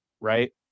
right